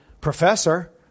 professor